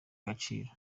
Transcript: agaciro